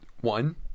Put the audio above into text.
One